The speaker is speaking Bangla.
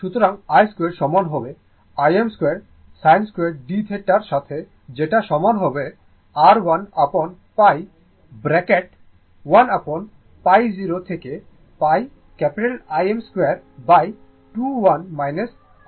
সুতরাং i2 সমান হবে Im2sin2dθ এর সাথে যেটা সমান হবে r 1 upon π ব্রাকেট 1 upon π 0 থেকে πIm2 2 1 cos 2θdθ এর সাথে